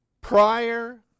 prior